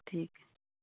ਠੀਕ ਹੈ